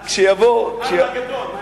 הגדול.